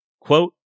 Quote